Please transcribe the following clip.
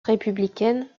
républicaine